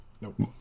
Nope